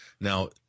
Now